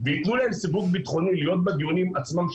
וייתנו להם סיווג ביטחוני להיות בדיונים עצמם,